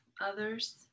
others